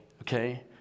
okay